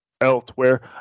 elsewhere